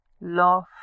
love